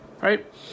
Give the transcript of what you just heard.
right